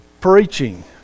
Preaching